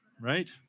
right